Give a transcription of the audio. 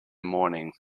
morning